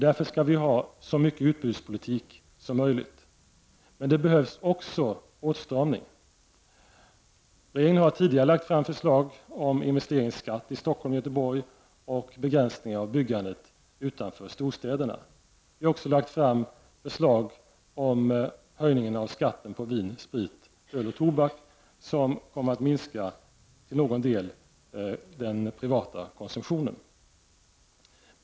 Därför skall vi ha så mycket utbudspolitik som möjligt. Men det behövs också åtstramning. Regeringen har tidigare lagt fram förslag om investeringsskatt i Stockholm och Göteborg och begränsningar av byggandet utanför storstäderna. Vi har också lagt fram förslag om en höjning av skatten på vin, sprit, öl och tobak, som till någon del kommer att minska den privata konsumtionen.